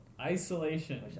isolation